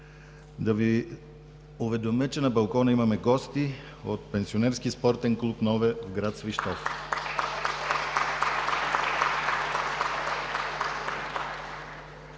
да Ви уведомя, че на балкона имаме гости от Пенсионерски спортен клуб „Нове“ в гр. Свищов.